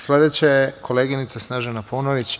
Sledeća je koleginica Snežana Paunović.